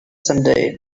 someday